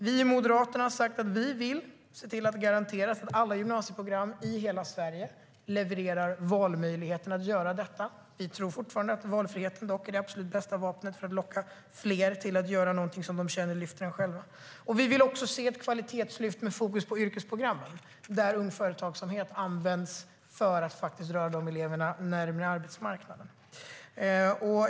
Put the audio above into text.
Vi i Moderaterna har sagt att vi vill se till att det garanteras att alla gymnasieprogram i hela Sverige levererar valmöjligheten att göra detta. Vi tror dock fortfarande att valfrihet är det absolut bästa vapnet för att locka fler att göra någonting som de känner lyfter dem själva. Vi vill också se ett kvalitetslyft med fokus på yrkesprogrammen, där Ung Företagsamhet används för att föra de eleverna närmare arbetsmarknaden.